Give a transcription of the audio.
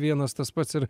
vienas tas pats ir